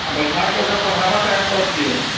आ बैठा के ओकरा पढ़हाबऽ तया कसके